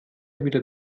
wieder